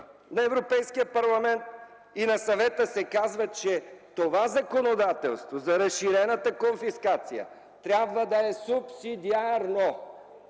на Европейския парламент и на Съвета се казва, че това законодателство за разширената конфискация трябва да е субсидиарно.